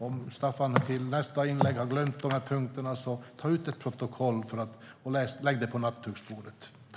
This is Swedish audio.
Om Staffan till nästa inlägg har glömt de punkterna: Ta ut ett protokoll och lägg det på nattduksbordet!